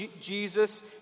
Jesus